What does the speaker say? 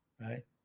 right